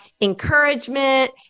encouragement